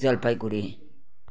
Jalpaiguri